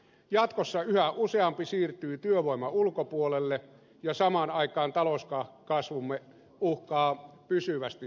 jatkossa yhä useampi siirtyy työvoiman ulkopuolelle ja samaan aikaan talouskasvumme uhkaa pysyvästi hidastua